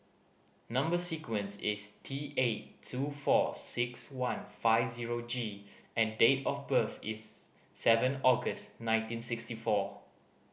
number sequence is T eight two four six one five zero G and date of birth is seven August nineteen sixty four